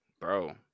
bro